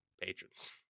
patrons